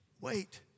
wait